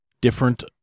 different